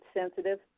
sensitive